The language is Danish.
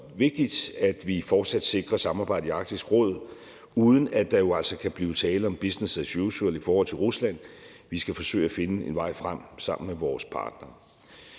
også så vigtigt, at vi fortsat sikrer et samarbejde i Arktisk Råd, uden at der jo altså kan blive tale om business as usual i forhold til Rusland. Vi skal forsøge at finde en vej frem sammen med vores partnere.